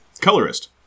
Colorist